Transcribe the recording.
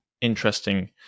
interesting